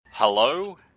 Hello